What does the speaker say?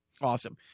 awesome